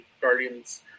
Guardians